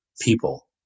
people